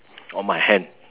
on my hand